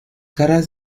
caras